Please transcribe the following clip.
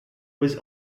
was